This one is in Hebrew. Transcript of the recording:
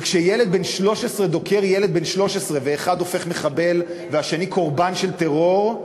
וכשילד בן 13 דוקר ילד בן 13 ואחד הופך מחבל והשני קורבן של טרור,